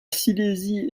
silésie